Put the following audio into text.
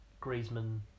Griezmann